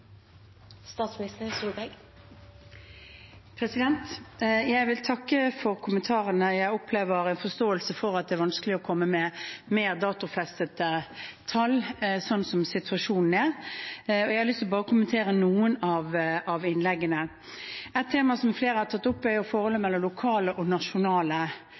vanskelig å komme med mer datofestede tall slik situasjonen er. Jeg har lyst til bare å kommentere noen av innleggene. Et tema som flere har tatt opp, er forholdet mellom lokale og nasjonale